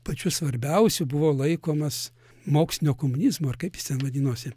pačiu svarbiausiu buvo laikomas mokslinio komunizmo ar kaip jis ten vadinosi